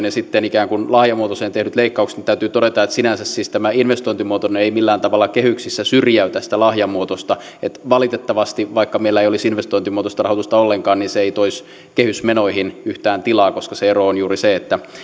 ja sitten ikään kuin lahjamuotoiseen tehdyt leikkaukset täytyy todeta että sinänsä siis tämä investointimuotoinen ei millään tavalla kehyksissä syrjäytä sitä lahjamuotoista valitettavasti vaikka meillä ei olisi investointimuotoista rahoitusta ollenkaan se ei toisi kehysmenoihin yhtään tilaa koska se ero on juuri se että